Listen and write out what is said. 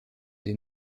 des